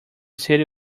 city